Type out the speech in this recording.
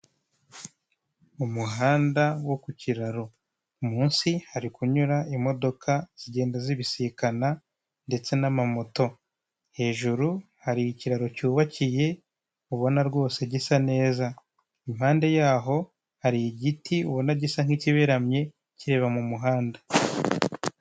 Mu umuhanda wo ku kiraro, munsi hari kunyura imodoka zigenda zibisikana ndetse n'amamoto, hejuru hari ikiraro cyubakiye ubona rwose gisa neza, impande yaho hari igiti ubona gisa nk'ikibimye kireba mu muhanda.